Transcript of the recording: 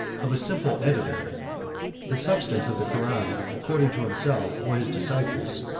of a simple editor the substance of the koran, according to himself or his disciples,